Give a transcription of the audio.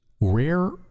Rare